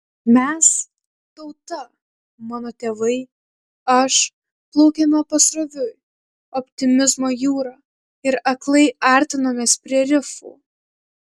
mes tauta mano tėvai aš plaukėme pasroviui optimizmo jūra ir aklai artinomės prie rifų